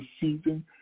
season